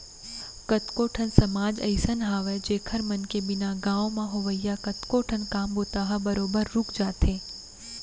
कतको ठन समाज अइसन हावय जेखर मन के बिना गाँव म होवइया कतको ठन काम बूता ह बरोबर रुक जाथे